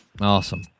Awesome